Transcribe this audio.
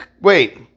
Wait